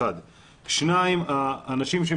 הדבר השני.